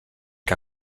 que